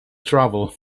travel